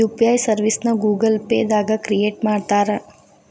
UPI ಸರ್ವಿಸ್ನ Google Pay ದಾಗ create ಮಾಡ್ತಾರಾ